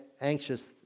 anxious